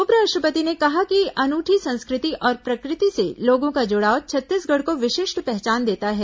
उप राष्ट्रपति ने कहा है कि अनूठी संस्कृति और प्रकृति से लोगों का जुड़ाव छत्तीसगढ़ को विशिष्ट पहचान देता है